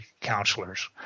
counselors